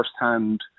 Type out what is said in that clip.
firsthand